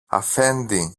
αφέντη